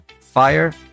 fire